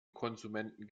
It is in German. konsumenten